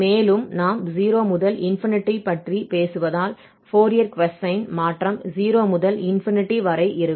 மேலும் நாம் 0 முதல் பற்றி பேசுவதால் ஃபோரியர் கொசைன் மாற்றம் 0 முதல் வரை இருக்கும்